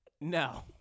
no